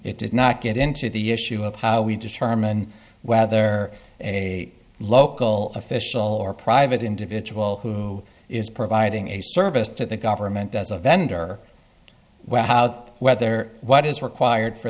it did not get into the issue of how we determine whether a local official or private individual who is providing a service to the government does a vendor well how whether what is required for